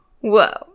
whoa